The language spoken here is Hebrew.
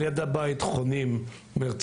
על יד הבית חונים מרצדסים,